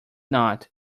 not